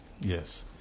Yes